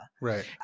Right